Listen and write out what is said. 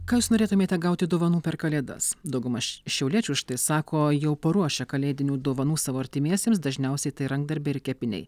kas norėtumėte gauti dovanų per kalėdas dauguma š šiauliečių štai sako jau paruošę kalėdinių dovanų savo artimiesiems dažniausiai tai rankdarbiai ir kepiniai